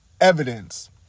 evidence